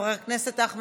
חבר הכנסת איימן עודה,